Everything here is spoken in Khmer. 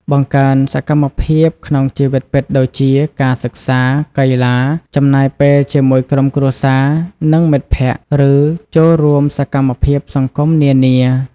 បង្កើនសកម្មភាពក្នុងជីវិតពិតដូចជា ការសិក្សា កីឡា ចំណាយពេលជាមួយក្រុមគ្រួសារ និងមិត្តភក្តិ ឬចូលរួមសកម្មភាពសង្គមនានា។